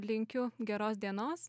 linkiu geros dienos